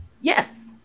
Yes